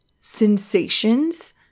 sensations